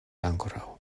ankoraŭ